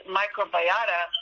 microbiota